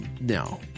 no